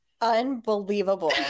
Unbelievable